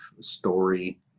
story